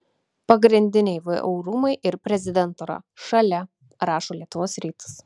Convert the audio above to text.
pagrindiniai vu rūmai ir prezidentūra šalia rašo lietuvos rytas